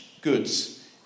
goods